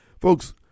folks